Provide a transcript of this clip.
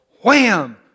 wham